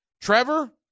Trevor